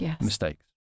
mistakes